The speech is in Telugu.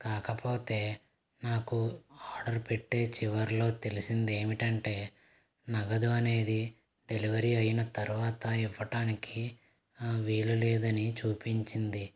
కాకపోతే నాకు ఆర్డర్ పెట్టే చివరిలో తెలిసింది ఏమిటంటే నగదు అనేది డెలివరీ అయిన తర్వాత ఇవ్వటానికి వీలులేదని చూపించింది